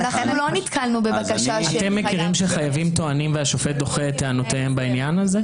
אתם מכירים שחייבים טוענים והשופט דוחה את טענותיהם בעניין הזה?